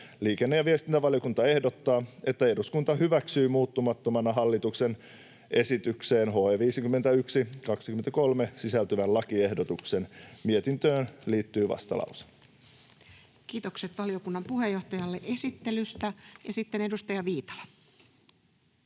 Liikenne- ja viestintävaliokunta ehdottaa, että eduskunta hyväksyy muuttamattomana hallituksen esitykseen HE 51/23 sisältyvän lakiehdotuksen. Mietintöön liittyy vastalause. Kiitokset valiokunnan puheenjohtajalle esittelystä. — Sitten edustaja Viitala.